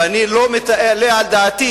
אני לא מעלה על דעתי